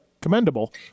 commendable